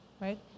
right